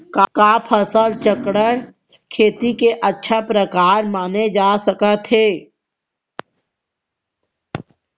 का फसल चक्रण, खेती के अच्छा प्रकार माने जाथे सकत हे?